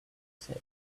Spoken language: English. said